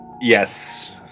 yes